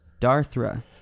Darthra